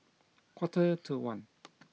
quarter to one